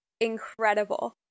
incredible